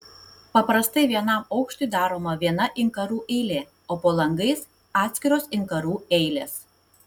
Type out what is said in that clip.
paprastai vienam aukštui daroma viena inkarų eilė o po langais atskiros inkarų eilės